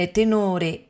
tenore